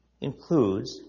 includes